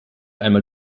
einmal